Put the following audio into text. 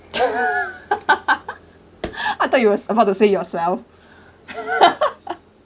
I thought you were about to say yourself